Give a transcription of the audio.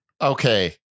Okay